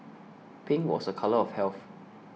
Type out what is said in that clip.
pink was a colour of health